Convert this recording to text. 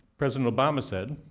president obama said,